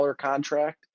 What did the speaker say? contract